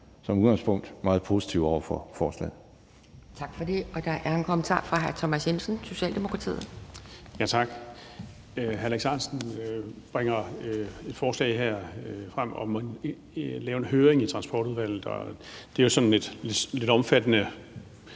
som udgangspunkt meget positive over for forslaget.